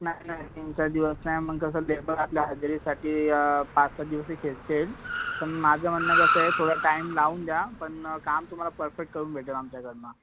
नाही नाही तीन चार दिवस नाही मग कसं लेबर आपल्या हजेरीसाठी पाचसहा दिवस ही खेचतील पण माझं म्हणणं कसं आहे थोडा टाईम लावून द्या पण काम तुम्हाला पर्फेक्ट करून भेटेल आमच्याकडून